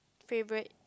favorite